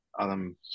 Adam